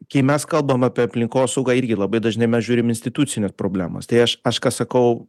kai mes kalbam apie aplinkosaugą irgi labai dažnai mes žiūrim į institucines problemas tai aš aš ką sakau